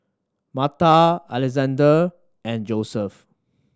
Marta Alexandre and Joseph